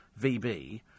VB